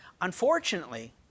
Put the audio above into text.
Unfortunately